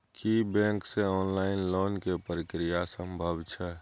की bank से online loan के प्रक्रिया संभव छै?